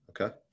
Okay